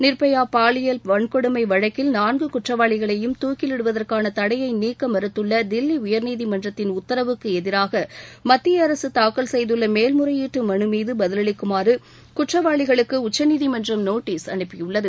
நிர்பயா பாலியல் வன்கொடுமை வழக்கில் நான்கு குற்றவாளிகளையும் தூக்கிலிடுவதற்கான தடையை நீக்க மறுத்துள்ள தில்லி உயர்நீதிமன்றத்தின் உத்தரவுக்கு எதிராக மத்திய அரசு தாக்கல்செய்துள்ள மேல்முறையீட்டு மனு மீது பதிலளிக்குமாறு குற்றாவளிகளுக்கு உச்சநீதிமன்றம் நோட்டீஸ் அனுப்பியுள்ளது